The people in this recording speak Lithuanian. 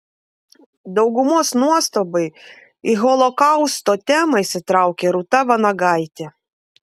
daugumos nuostabai į holokausto temą įsitraukė rūta vanagaitė